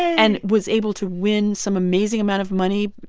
and was able to win some amazing amount of money.